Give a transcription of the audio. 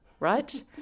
right